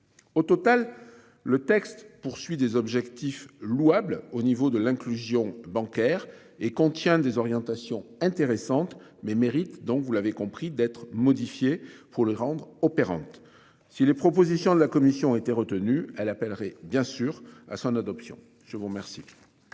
Au total, le texte poursuit des objectifs louables, au niveau de l'inclusion bancaire et contient des orientations intéressantes mais mérite donc vous l'avez compris, d'être modifiée pour le rendre opérante. Si les propositions de la commission ont été retenus. Elle appellerait bien sûr à son adoption. Je vous remercie.